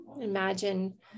Imagine